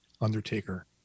undertaker